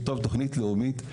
לכתוב תוכנית לאומית,